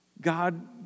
God